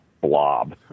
blob